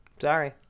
Sorry